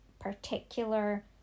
particular